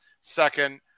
second